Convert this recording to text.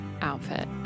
outfit